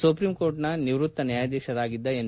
ಸುಪ್ರೀಂಕೋರ್ಟಿನ ನಿವೃತ್ತ ನ್ಯಾಯಾಧೀಶರಾಗಿದ್ದ ಎನ್